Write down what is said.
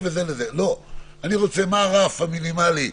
מה הרף המינימלי,